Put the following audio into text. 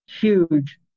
huge